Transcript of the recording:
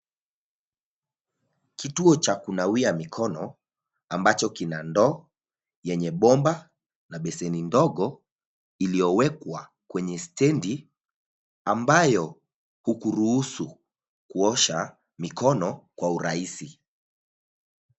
Kituo cha kunawia mikono ambacho kina ndoo yenye bomba na beseni ndogo iliyowekwa kwenye stendi, ambayo hukuruhusu kuosha mikono kwa urahisi.